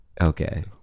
okay